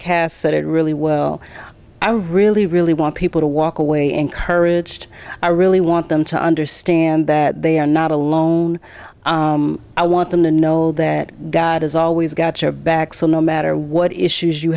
said it really well i really really want people to walk away encouraged i really want them to understand that they are not alone i want them to know that god has always got your back so no matter what issues you